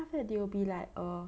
after that they will be like err